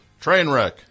Trainwreck